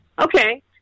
Okay